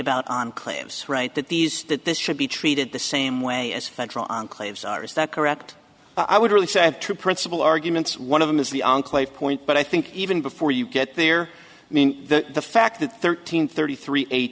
about enclaves right that these that this should be treated the same way as federal enclaves are is that correct i would really say true principle arguments one of them is the enclave point but i think even before you get there i mean the fact that thirteen thirty three eight